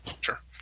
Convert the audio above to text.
Sure